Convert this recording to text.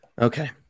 Okay